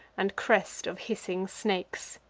and crest of hissing snakes.